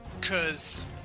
Cause